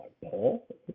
Paul